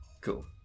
Cool